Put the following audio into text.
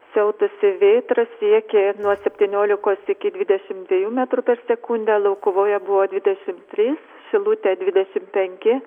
siautusi vėtra siekė nuo septyniolikos iki dvidešim metrų per sekundę laukuvoje buvo dvidešim trys šilutė dvidešim penki